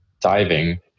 diving